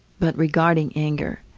but regarding anger,